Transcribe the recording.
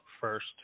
first